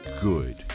good